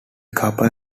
couple